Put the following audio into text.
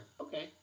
Okay